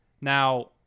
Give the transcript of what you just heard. Now